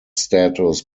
status